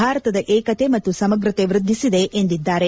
ಭಾರತದ ಏಕತೆ ಮತ್ತು ಸಮಗ್ರತೆ ವೃದ್ದಿಸಿದೆ ಎಂದಿದ್ದಾರೆ